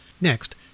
Next